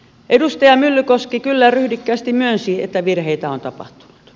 edustaja myllykoski kyllä ryhdikkäästi myönsi että virheitä on tapahtunut